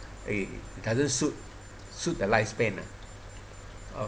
eh doesn't suit suit a lifespan ah